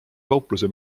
kaupluse